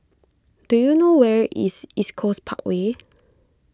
do you know where is East Coast Parkway